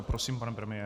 Prosím, pane premiére.